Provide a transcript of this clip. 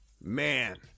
Man